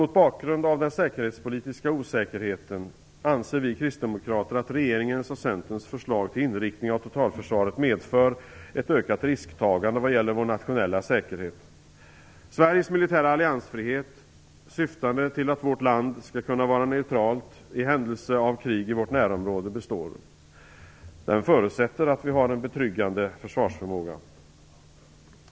Mot bakgrund av den säkerhetspolitiska osäkerheten anser vi kristdemokrater att regeringens och Centerns förslag till inriktning av totalförsvaret medför ett ökat risktagande vad gäller vår nationella säkerhet. Sveriges militära alliansfrihet syftande till att vårt land skall kunna vara neutralt i händelse av krig i vårt närområde består. Den förutsätter att vi har en betryggande försvarsförmåga.